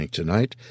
Tonight